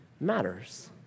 matters